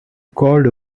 called